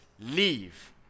leave